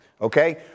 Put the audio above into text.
okay